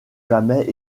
jamais